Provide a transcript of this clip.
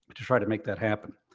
but to try to make that happen.